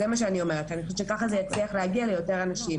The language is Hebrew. זה מה שאני אומרת ואני חושבת שככה זה יצליח להגיע ליותר אנשים.